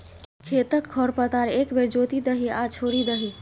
खेतक खर पतार एक बेर जोति दही आ छोड़ि दही